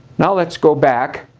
now let's go back